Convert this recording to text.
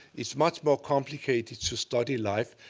it's much more complicated to study life.